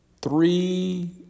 three